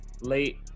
late